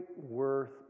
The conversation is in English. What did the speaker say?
worth